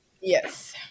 yes